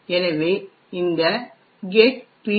எனவே இந்த getpcthunk